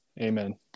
Amen